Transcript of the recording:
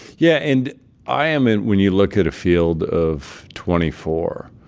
yeah, and i am in when you look at a field of twenty four,